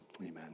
Amen